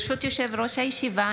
ברשות יושב-ראש הישיבה,